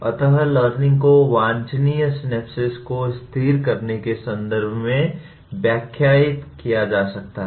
अतः लर्निंग को वांछनीय स्य्नाप्सेस को स्थिर करने के संदर्भ में व्याख्यायित किया जा सकता है